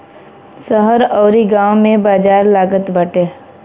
शहर अउरी गांव में बाजार लागत बाटे